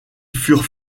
furent